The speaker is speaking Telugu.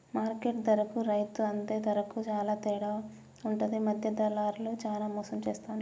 మార్కెట్ ధరకు రైతు అందే ధరకు చాల తేడా ఉంటది మధ్య దళార్లు చానా మోసం చేస్తాండ్లు